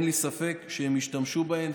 אין לי ספק שהם ישתמשו בהם,